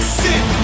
sit